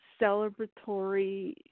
celebratory